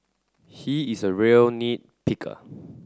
he is a real nit picker